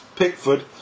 Pickford